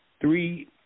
three